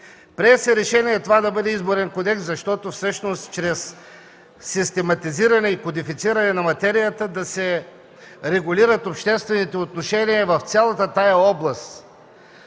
Прие се решение това да бъде Изборен кодекс, за да може чрез систематизиране и кодифициране на материята да се регулират обществените отношения в цялата тази област